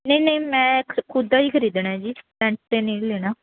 ਨਹੀਂ ਨਹੀਂ ਮੈਂ ਖੁਦ ਦਾ ਹੀ ਖਰੀਦਣਾ ਜੀ ਰੈਂਟ 'ਤੇ ਨਹੀਂ ਲੈਣਾ